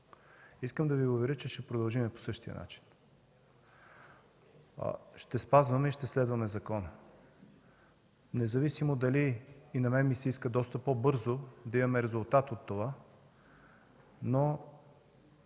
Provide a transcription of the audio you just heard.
Искам да Ви уверя, че ще продължим по същия начин – ще спазваме и ще следваме закона. И на мен ми се иска доста по-бързо да имаме резултат от това, но